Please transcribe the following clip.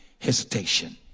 Hesitation